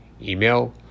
email